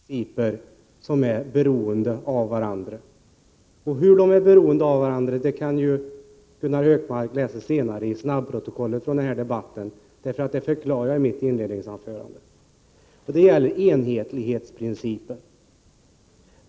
Herr talman! Då skall jag ta upp en av dessa två principer som är beroende av varandra. Hur de är beroende av varandra kan ju Gunnar Hökmark läsa senare i snabbprotokollet från den här debatten. Det förklarade jag nämligen i mitt inledningsanförande. Det gäller enhetlighetsprincipen.